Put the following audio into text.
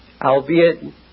albeit